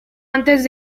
antes